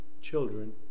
children